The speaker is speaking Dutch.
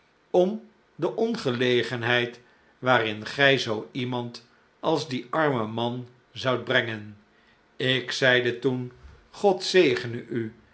om de ongelegenheid waarin gij zoo iemand als dien arm en man zoudt brengen ik zeide toen god zegene u